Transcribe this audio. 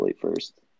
first